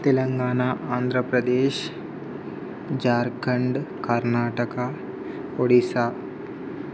Telangana Andhra Pradesh Jharkhand Karnataka Odisha